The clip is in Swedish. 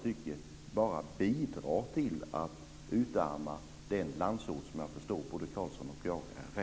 Det bidrar till att utarma den landsort som både Carlsson och jag är rädda om.